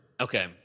okay